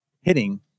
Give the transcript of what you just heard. hitting